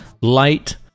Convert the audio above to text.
light